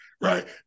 right